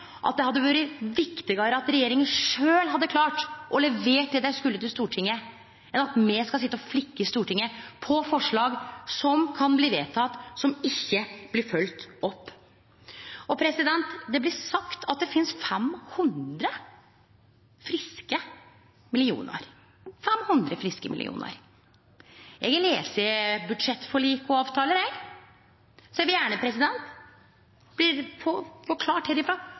at det hadde vore viktigare at regjeringa sjølv hadde klart å levere det dei skulle til Stortinget, enn at me skal sitje i Stortinget og flikke på forslag som kan bli vedtekne, som ikkje blir følgde opp. Det blir sagt at det finst 500 friske millionar! Eg har lese budsjettforlik og avtalar eg, så eg vil gjerne få